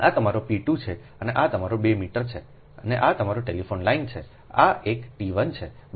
આ તમારું p 2 છે અને આ તમારું 2 મીટર છે અને આ તમારી ટેલિફોન લાઇન છે આ એક t 1 છે બરાબર